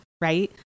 right